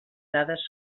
dades